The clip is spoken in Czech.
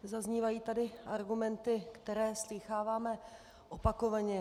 Zaznívají tady argumenty, které slýcháváme opakovaně.